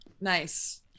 Nice